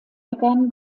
begann